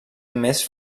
més